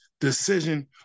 decision